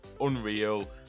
unreal